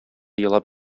елап